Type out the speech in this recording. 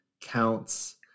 counts